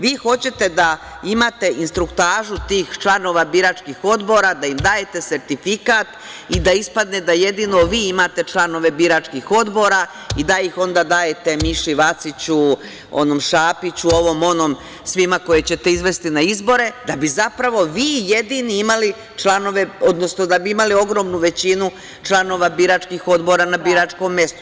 Vi hoćete da imate instruktažu tih članova biračkih odbora, da im dajete sertifikat i da ispadne da jedno vi imate članove biračkih odbora i da ih onda dajete Miši Vaciću, onom Šapiću, ovom, onom, svima koje ćete izvesti na izbore, da bi zapravo vi, jedini imali članove, odnosno da bi imali ogromnu većinu članova biračkih odbora na biračkom mestu.